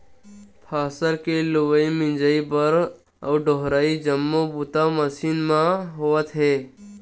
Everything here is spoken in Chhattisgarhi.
फसल के लुवई, मिजई बर अउ डोहरई जम्मो बूता ह मसीन मन म होवत हे